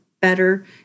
better